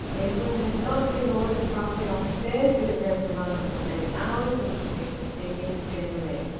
edwin had not been ordered abruptly off to bed, with a reprimand for late hours and silly proceedings generally.